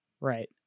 right